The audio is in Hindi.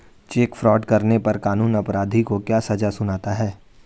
चेक फ्रॉड करने पर कानून अपराधी को क्या सजा सुनाता है?